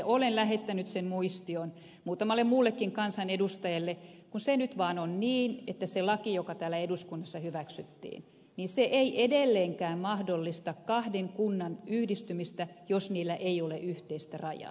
olen lähettänyt sen muistion muutamalle muullekin kansanedustajalle kun se nyt vaan on niin että se laki joka täällä eduskunnassa hyväksyttiin ei edelleenkään mahdollista kahden kunnan yhdistymistä jos niillä ei ole yhteistä rajaa